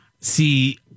See